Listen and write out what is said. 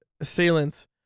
assailants